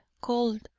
cold